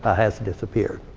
ah has disappeared.